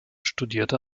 studierte